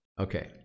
Okay